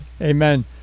Amen